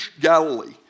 Galilee